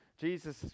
Jesus